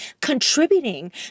contributing